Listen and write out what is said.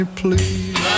please